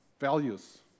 values